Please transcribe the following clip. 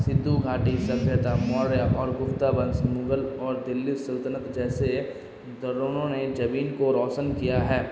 سندھو گھاٹی سبھیتا موریہ اور گپتا بنس مغل اور دلی سلطنت جیسے دوروں نے زمین کو روشن کیا ہے